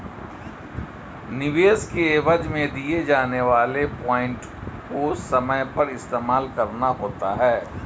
निवेश के एवज में दिए जाने वाले पॉइंट को समय पर इस्तेमाल करना होता है